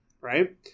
right